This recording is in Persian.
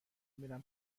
میرم